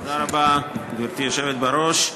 גברתי היושבת-ראש,